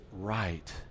right